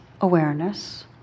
awareness